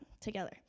together